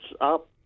up